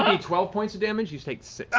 ah twelve points of damage, you take